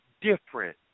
different